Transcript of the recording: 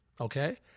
Okay